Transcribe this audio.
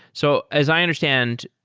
so as i understand,